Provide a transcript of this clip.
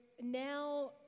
now